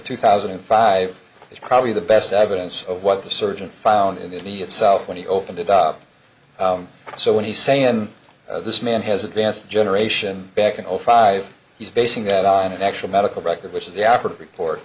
two thousand and five is probably the best evidence of what the surgeon found in that he itself when he opened it up so when he saying this man has advanced generation back in zero five he's basing that on an actual medical record which is the operative report